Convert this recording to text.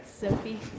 Sophie